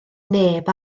neb